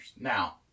Now